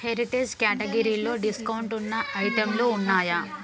heritage క్యాటగిరీలో డిస్కౌంటున్న ఐటెంలు ఉన్నాయా